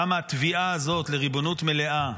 כמה התביעה הזאת לריבונות מלאה,